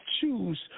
choose